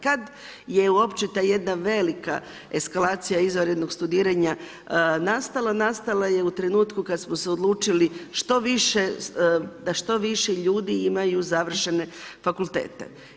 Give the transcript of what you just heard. Kada je uopće ta velika eskalacija izvanrednog studiranja, nastala je u trenutku kada smo se odlučili što više, da što više ljudi imaju završene fakultete.